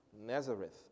Nazareth